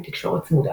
עם תקשורת צמודה